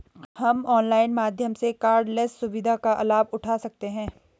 हम ऑनलाइन माध्यम से कॉर्डलेस सुविधा का लाभ उठा सकते हैं